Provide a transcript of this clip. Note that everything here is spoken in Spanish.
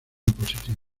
positiva